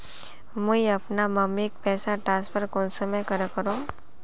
मुई अपना मम्मीक पैसा ट्रांसफर कुंसम करे करूम?